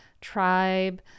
tribe